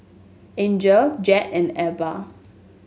Angel Jed and Ebba